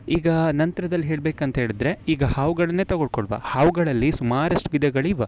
ಈಗ ನಂತ್ರದಲ್ಲಿ ಹೇಳ್ಬೇಕಂತ ಹೇಳಿದರೆ ಈಗ ಹಾವುಗಳನ್ನೇ ತಗಳ್ಕೊಲ್ವ ಹಾವುಗಳಲ್ಲಿ ಸುಮಾರಷ್ಟು ವಿಧಗಳು ಇವೆ